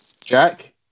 Jack